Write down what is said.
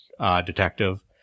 detective